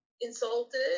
insulted